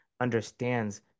understands